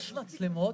יש מצלמות.